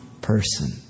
person